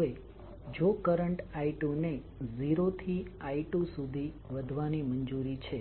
હવે જો current i 2ને 0 થી I2 સુધી વધવાની મંજૂરી છે